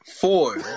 Four